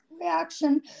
reaction